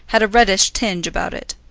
had a reddish tinge about it.